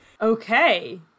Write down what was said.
okay